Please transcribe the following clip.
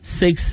six